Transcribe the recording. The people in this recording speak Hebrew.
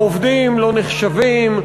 העובדים לא נחשבים,